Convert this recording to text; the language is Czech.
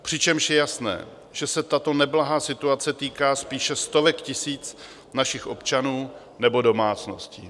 Přičemž je jasné, že se tato neblahá situace týká spíše stovek tisíc našich občanů nebo domácností.